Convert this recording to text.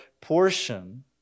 portion